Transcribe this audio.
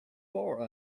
for